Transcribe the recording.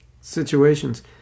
situations